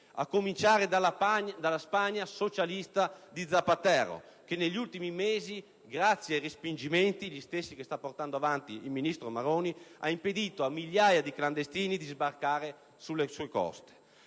a cominciare dalla Spagna socialista di Zapatero, che negli ultimi mesi, grazie ai respingimenti - gli stessi che sta portando avanti il ministro Maroni - ha impedito a migliaia di clandestini di sbarcare sulle sue coste.